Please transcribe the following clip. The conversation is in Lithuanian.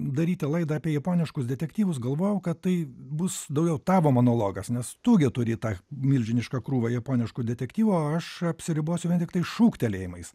daryti laidą apie japoniškus detektyvus galvojau kad tai bus daugiau tavo monologas nes tu turi tą milžinišką krūvą japoniškų detektyvų o aš apsiribosiu vien tiktai šūktelėjimais